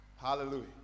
Hallelujah